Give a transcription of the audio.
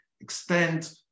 extend